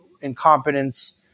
incompetence